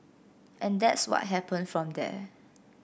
and that's what happened from there